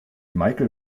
michael